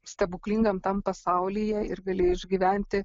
stebuklingam tam pasaulyje ir gali išgyventi